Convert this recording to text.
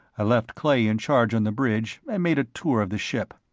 i left clay in charge on the bridge and made a tour of the ship.